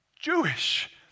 Jewish